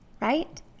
right